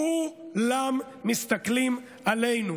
כולם מסתכלים עלינו.